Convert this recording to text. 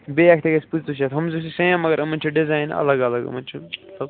بیٚیہِ پٕنژٕ شَتھ ہُم زٕ چھِ سیم مگر یِمن چھِ ڈِزاین الگ الگ یِمن چھُ مطلب